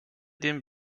dem